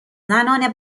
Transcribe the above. زنان